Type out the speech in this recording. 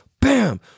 bam